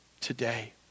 today